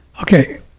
Okay